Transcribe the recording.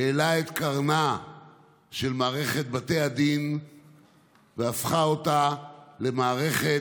הוא העלה את קרנה של מערכת בתי הדין והפך אותה למערכת